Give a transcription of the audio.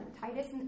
Titus